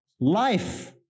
life